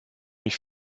mich